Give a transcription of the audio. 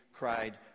cried